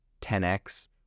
10X